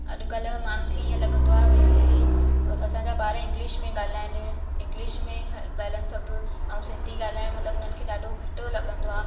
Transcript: अॾुकल्ह माण्हुनि खे ईअं लॻंदो आहे भई सिंधी अ असांजा ॿार इंग्लिश में ॻाल्हाइनि इंग्लिश में ॻाल्हाइनि सभु ऐं सिंधी ॻाल्हाइणु मतिलबु हुननि खे ॾाढो घटि लॻंदो आहे